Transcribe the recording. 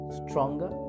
stronger